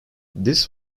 this